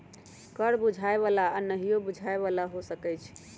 कर बुझाय बला आऽ नहियो बुझाय बला हो सकै छइ